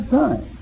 time